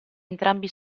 entrambi